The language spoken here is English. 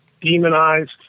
demonized